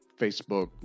Facebook